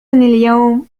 اليوم